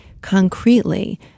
Concretely